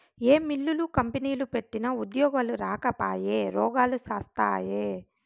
ఏ మిల్లులు, కంపెనీలు పెట్టినా ఉద్యోగాలు రాకపాయె, రోగాలు శాస్తాయే